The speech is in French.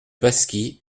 pasquis